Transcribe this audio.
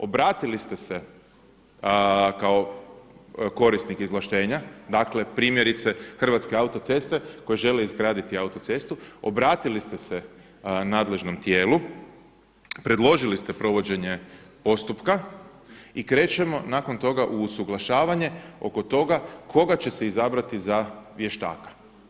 Obratili ste se kao korisnik izvlaštenja, dakle primjerice Hrvatske autoceste koje žele izgraditi autocestu obratili ste se nadležnom tijelu, predložili provođenje postupka i krećemo nakon toga u usuglašavanje oko toga koga će se izabrati za vještaka.